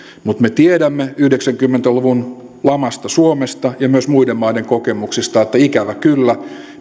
mutta me tiedämme yhdeksänkymmentä luvun lamasta suomesta ja myös muiden maiden kokemuksista että ikävä kyllä